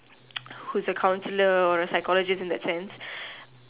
who is a counselor or a physiologist in that sense